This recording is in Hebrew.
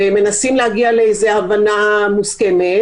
ומנסים להגיע להבנה מוסכמת.